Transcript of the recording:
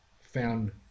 found